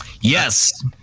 yes